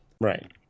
Right